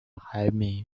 排名